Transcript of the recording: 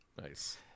Nice